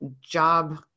job